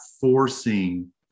forcing